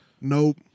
Nope